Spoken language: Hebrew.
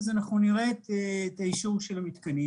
אז אנחנו נראה את האישור של המתקנים